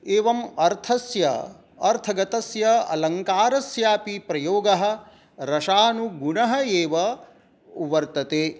एवम् अर्थस्य अर्थगतस्य अलङ्कारस्यापि प्रयोगः रसानुगुणः एव वर्तते